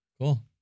Cool